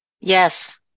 yes